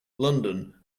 london